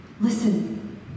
Listen